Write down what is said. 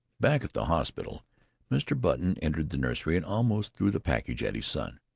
back at the hospital mr. button entered the nursery and almost threw the package at his son.